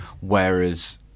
Whereas